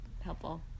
helpful